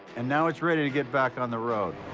and now it's ready to get back on the road.